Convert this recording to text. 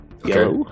go